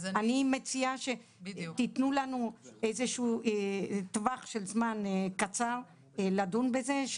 אני מציעה שתיתנו לנו טווח של זמן קצר לדון בזה.